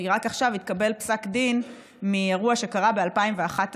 רק עכשיו התקבל פסק דין מאירוע שקרה ב-2011,